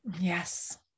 Yes